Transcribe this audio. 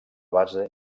base